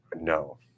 No